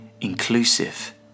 inclusive